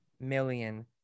million